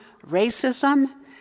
racism